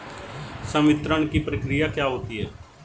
संवितरण की प्रक्रिया क्या होती है?